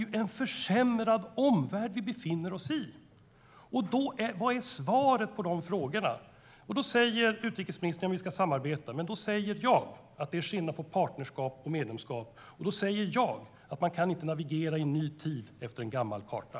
Det är en försämrad omvärld vi befinner oss i. Vad är svaret på de frågorna? Utrikesministern säger att vi ska samarbeta. Jag säger att det är skillnad på partnerskap och medlemskap. Jag säger att man inte kan navigera i en ny tid efter en gammal karta.